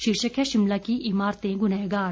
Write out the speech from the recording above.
शीर्षक है शिमला की इमारतें गुनाहगार